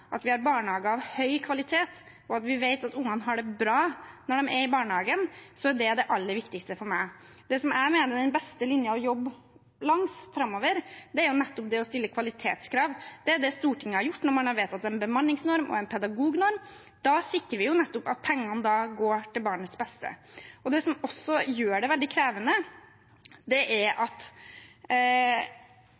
at vi har gode barnehager, at vi har barnehager av høy kvalitet, og at vi vet at barna har det bra når de er i barnehagen, er det det aller viktigste for meg. Det som jeg mener er den beste linjen å jobbe langs framover, er nettopp det å stille kvalitetskrav. Det er det Stortinget har gjort når man har vedtatt en bemanningsnorm og en pedagognorm. Da sikrer vi nettopp at pengene går til barnets beste. Det som også gjør det veldig krevende, er